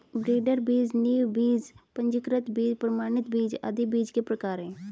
breeder बीज, नींव बीज, पंजीकृत बीज, प्रमाणित बीज आदि बीज के प्रकार है